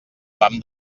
vam